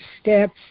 steps